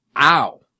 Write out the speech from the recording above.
ow